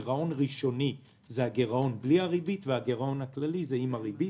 גירעון ראשוני זה גירעון בלי ריבית והגירעון הכללי זה עם הריבית.